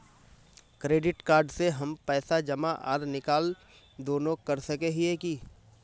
Credit card से हम पैसा जमा आर निकाल दोनों कर सके हिये की?